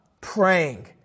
praying